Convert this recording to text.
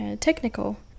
technical